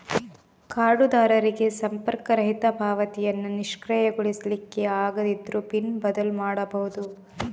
ಕಾರ್ಡುದಾರರಿಗೆ ಸಂಪರ್ಕರಹಿತ ಪಾವತಿಯನ್ನ ನಿಷ್ಕ್ರಿಯಗೊಳಿಸ್ಲಿಕ್ಕೆ ಆಗದಿದ್ರೂ ಪಿನ್ ಬದಲು ಮಾಡ್ಬಹುದು